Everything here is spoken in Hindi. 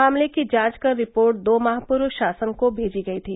मामले की जांच कर रिपोर्ट दो माह पूर्व शासन को भेजी गई थी